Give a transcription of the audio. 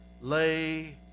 lay